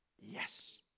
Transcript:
Yes